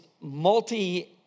multi